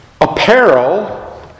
apparel